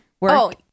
work